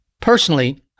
Personally